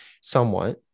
somewhat